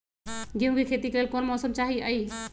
गेंहू के खेती के लेल कोन मौसम चाही अई?